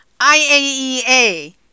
IAEA